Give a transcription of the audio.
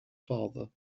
father